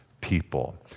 people